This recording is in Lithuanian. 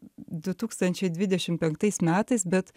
du tūkstančiai dvidešim penktais metais bet